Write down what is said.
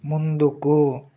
ముందుకు